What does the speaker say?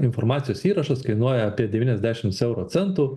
informacijos įrašas kainuoja apie devyniasdešims euro centų